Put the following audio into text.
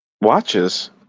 Watches